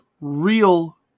real